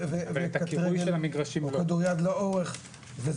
כדוריד לאורך.